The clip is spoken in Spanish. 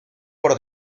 por